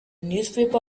newspaper